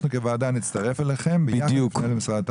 אנחנו כוועדה נצטרף אליכם בפנייה למשרד התחבורה.